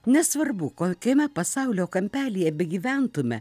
nesvarbu kokiame pasaulio kampelyje begyventume